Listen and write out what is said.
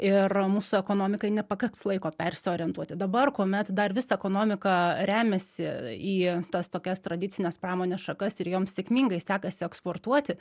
ir mūsų ekonomikai nepakaks laiko persiorientuoti dabar kuomet dar vis ekonomika remiasi į tas tokias tradicines pramonės šakas ir joms sėkmingai sekasi eksportuoti